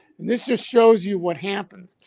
and this just shows you what happened.